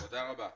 תודה רבה.